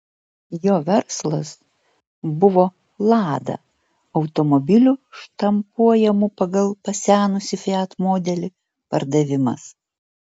jo verslas buvo lada automobilių štampuojamų pagal pasenusį fiat modelį pardavimas